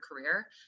career